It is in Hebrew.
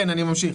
כן, אני ממשיך.